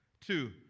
Two